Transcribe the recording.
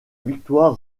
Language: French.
victoire